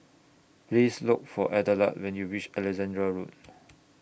Please Look For Adelard when YOU REACH Alexandra Road